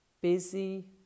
busy